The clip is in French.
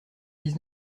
dix